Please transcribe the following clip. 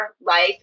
life